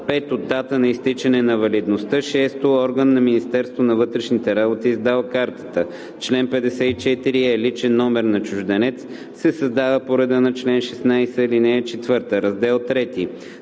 5. дата на изтичане на валидността; 6. орган на Министерството на вътрешните работи, издал картата. Чл. 54е. Личен номер на чужденец се създава по реда на чл. 16, ал. 4. Раздел